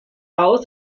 aus